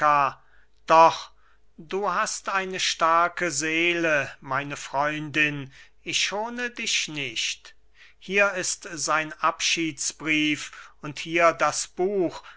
doch du hast eine starke seele meine freundin ich schone dich nicht hier ist sein abschiedsbrief und hier das buch